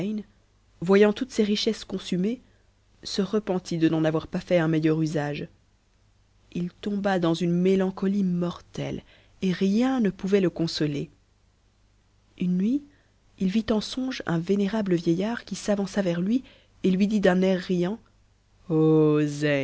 voyant toutes ses richesses consumées se repentit de n'en avoir pas fait un meilleur usage il tomba dans une mélancolie mortelle et rien ne pouvait le consoler une nuit il vit en songe un vénérable vieillard qui s'avança vers lui et lui dit d'un air riant